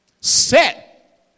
set